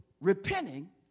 repenting